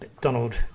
Donald